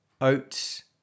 oats